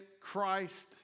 Christ